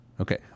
Okay